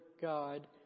God